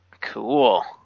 Cool